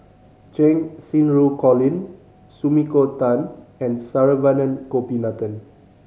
Cheng Xinru Colin Sumiko Tan and Saravanan Gopinathan